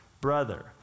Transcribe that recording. brother